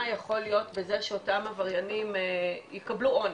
יכול להיות בזה שאותם עבריינים יקבלו עונש,